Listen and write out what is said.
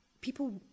people